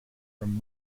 from